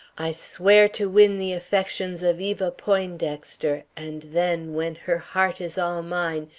i swear to win the affections of eva poindexter, and then, when her heart is all mine,